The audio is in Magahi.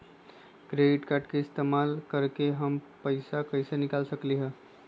डेबिट कार्ड के इस्तेमाल करके हम पैईसा कईसे निकाल सकलि ह?